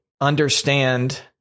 understand